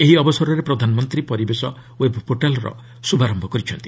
ଏହି ଅବସରରେ ପ୍ରଧାନମନ୍ତ୍ରୀ ପରିବେଶ ଓ୍ୱେବ୍ ପୋର୍ଟାଲ୍ର ଶୁଭାରମ୍ଭ କରିଛନ୍ତି